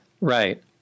Right